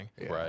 Right